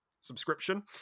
subscription